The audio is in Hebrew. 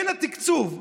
בין התקצוב,